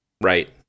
right